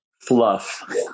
fluff